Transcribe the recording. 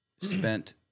spent